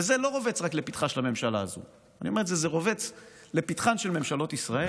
וזה לא רובץ רק לפתחה של הממשלה הזאת זה רובץ לפתחן של ממשלות ישראל.